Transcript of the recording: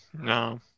No